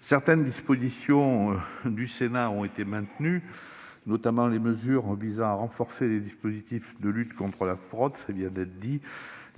Certaines dispositions du Sénat ont été maintenues, notamment les mesures visant à renforcer les dispositifs de lutte contre la fraude,